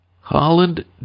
Holland